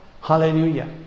Hallelujah